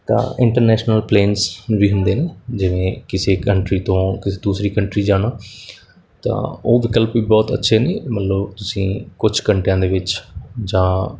ਤਾਂ international planes ਵੀ ਹੁੰਦੇ ਨੇ ਜਿਵੇਂ ਕਿਸੇ ਕੰਟਰੀ ਤੋਂ ਕਿਸੇ ਦੂਸਰੀ ਕੰਟਰੀ ਜਾਣਾ ਤਾਂ ਉਹ ਵਿਕਲਪ ਵੀ ਬਹੁਤ ਅੱਛੇ ਨੇ ਮਤਲਬ ਤੁਸੀਂ ਕੁਝ ਘੰਟਿਆਂ ਦੇ ਵਿੱਚ ਜਾਂ